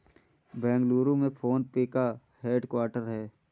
बेंगलुरु में PhonePe का headquarter हैं